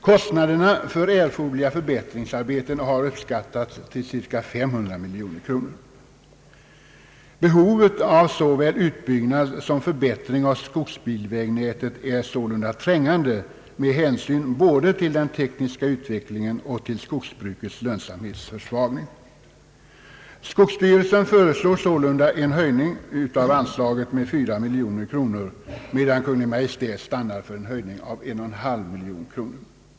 Kostnaderna för erforderliga = förbättringsarbeten har uppskattats till cirka 500 miljoner kronor. Behovet av såväl utbyggnad som förbättring av skogsbilvägnätet är sålunda trängande med hänsyn både till den tekniska utvecklingen och till skogsbrukets lönsamhetsförsvagning. Skogsstyrelsen föreslår sålunda en höjning av anslaget med 4 miljoner kronor, medan Kungl. Maj:t stannat för en höjning med 1,5 miljon kronor.